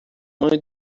mãe